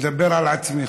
אדבר על עצמי.